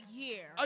year